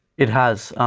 it has.